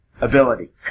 ability